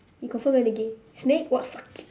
you confirm gonna give snake !wah! fuck you